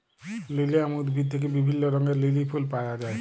lilium উদ্ভিদ থেক্যে বিভিল্য রঙের লিলি ফুল পায়া যায়